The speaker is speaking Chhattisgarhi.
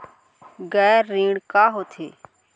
गैर ऋण का होथे?